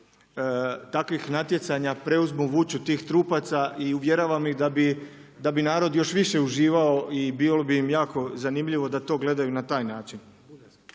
takvih natjecanja preuzmu vuču tih trupaca i uvjeravam ih da bi narod još više uživao i bilo bi im jako zanimljivo da to gledaju na taj način.